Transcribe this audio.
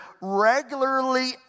regularly